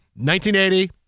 1980